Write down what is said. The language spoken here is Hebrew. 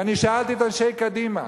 ואני שאלתי את אנשי קדימה.